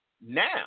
now